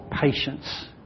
patience